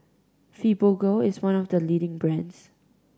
Fibogel is one of the leading brands